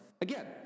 Again